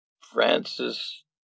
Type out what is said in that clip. Francis